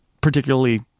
particularly